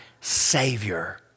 Savior